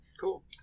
Cool